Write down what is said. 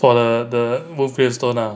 for the the wolf gravestone ah